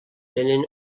tenen